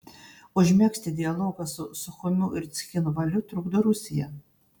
užmegzti dialogą su suchumiu ir cchinvaliu trukdo rusija